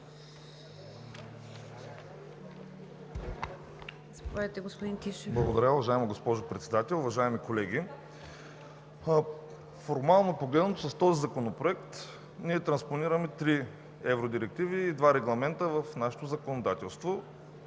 Благодаря, уважаема госпожо Председател. Уважаеми колеги! Формално погледнато, с този законопроект ние транспонираме три евродирективи и два регламента в нашето законодателство